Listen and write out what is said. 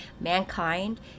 Mankind